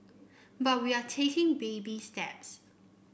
but we are taking baby steps